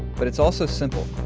but it's also simple,